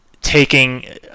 taking